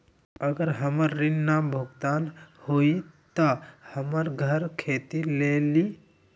अगर हमर ऋण न भुगतान हुई त हमर घर खेती लेली?